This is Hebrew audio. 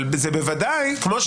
בסופו של